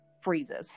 freezes